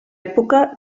època